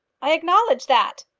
i acknowledge that.